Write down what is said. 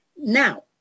Now